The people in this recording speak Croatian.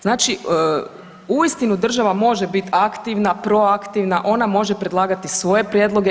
Znači uistinu država može bit aktivna, proaktivna, ona može predlagati svoje prijedloge.